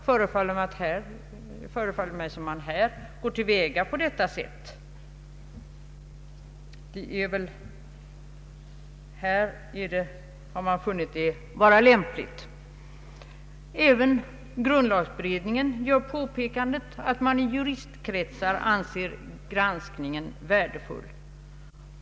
Här har man tydligen funnit det vara lämpligt att gå till väga på ett sådant sätt. Även grundlagberedningen påpekar, att man i juristkretsar anser gransk ningen värdefull.